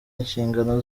inshingano